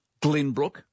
Glenbrook